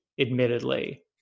admittedly